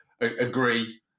agree